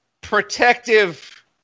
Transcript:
protective